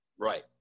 Right